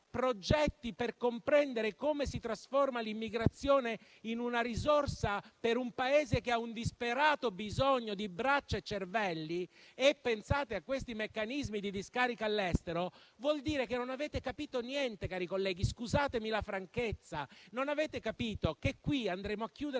per comprendere come trasformare l'immigrazione in una risorsa per un Paese che ha un disperato bisogno di braccia e cervelli, pensate a questi meccanismi di discarica all'estero, vuol dire che non avete capito niente. Scusate la franchezza, cari colleghi, ma non avete capito che qui andremo a chiudere gli